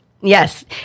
Yes